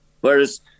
Whereas